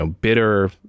bitter